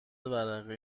ورقه